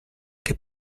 che